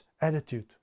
attitude